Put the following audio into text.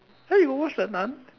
!huh! you watch the nun